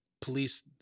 police